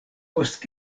post